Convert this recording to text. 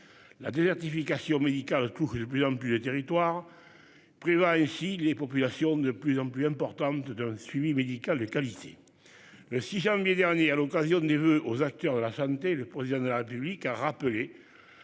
La désertification médicale le plus en plus de territoires. Prévoit ainsi les populations de plus en plus importante d'un suivi médical de qualité. Le 6 janvier dernier à l'occasion des voeux aux acteurs de la santé, le président de la République a rappelé